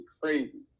crazy